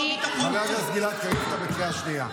חבר הכנסת גלעד קריב, אתה בקריאה שנייה.